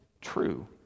true